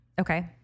Okay